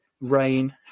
rain